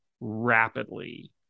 rapidly